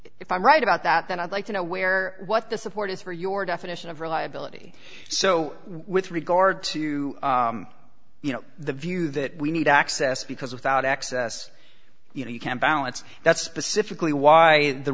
if i'm right about that then i'd like to know where what the support is for your definition of reliability so with regard to you know the view that we need access because without access you know you can't balance that's specifically why the